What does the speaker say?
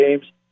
games